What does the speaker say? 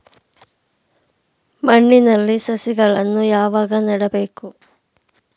ಮಣ್ಣಿನಲ್ಲಿ ಸಸಿಗಳನ್ನು ಯಾವಾಗ ನೆಡಬೇಕು?